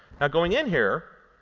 now, going in here,